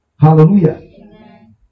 Hallelujah